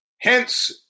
Hence